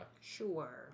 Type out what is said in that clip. Sure